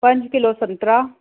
पंज किलो संतरा